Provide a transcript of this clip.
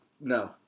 no